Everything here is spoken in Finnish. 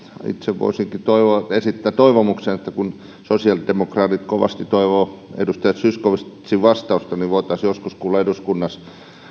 itse voisinkin esittää toivomuksen että kun sosiaalidemokraatit kovasti toivovat edustaja zyskowiczin vastausta niin voitaisiin joskus kuulla eduskunnassa